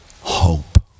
hope